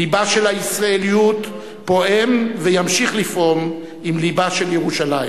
לבה של הישראליות פועם וימשיך לפעום עם לבה של ירושלים.